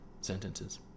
sentences